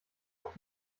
auf